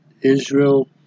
Israel